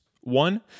One